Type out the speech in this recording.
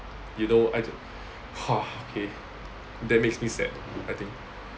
you know I d~ okay that makes me sad I think